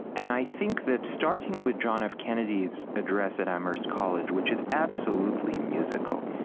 and i think that starting with john f. kennedy's address at amherst college, which is absolutely musical,